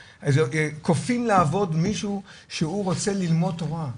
כופים לעבוד מישהו שהוא רוצה ללמוד תורה,